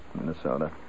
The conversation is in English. Minnesota